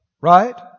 Right